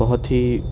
بہت ہی